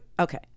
okay